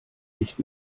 nicht